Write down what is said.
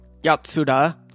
Yatsuda